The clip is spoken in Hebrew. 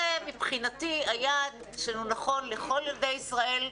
זה מבחינתי היעד שהוא נכון לכל ילדי ישראל,